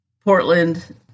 Portland